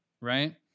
right